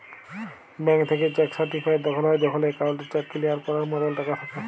bank থ্যাইকে cheque certified তখল হ্যয় যখল একাউল্টে চ্যাক কিলিয়ার ক্যরার মতল টাকা থ্যাকে